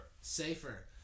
Safer